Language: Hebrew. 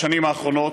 בשנים האחרונות,